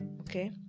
Okay